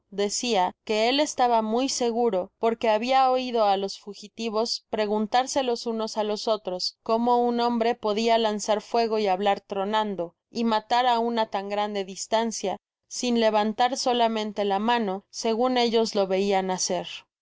decia que él estaba muy seguro porque habia oido á los fugitivos preguntarse los unos á los otros cómo nn hombre podia lanzar fuego y hablar tronando y matará una tan grande distancia sin levantar solamente la mano segun ellos lo veian hacer